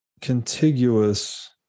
contiguous